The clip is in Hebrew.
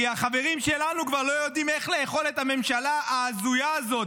כי החברים שלנו כבר לא יודעים איך לאכול את הממשלה ההזויה הזאת,